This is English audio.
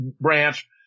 branch